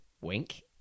Wink